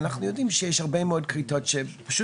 אנחנו יודעים שיש הרבה מאוד כריתות שפשוט